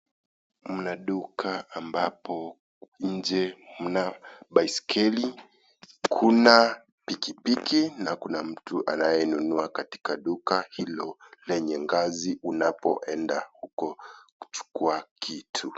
Mna duka ambapo nje mna baiskeli, kuna pikipiki, na kuna mtu anayenunua katika duka hilo lenye ngazi unapoenda kuchukua kitu.